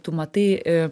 tu matai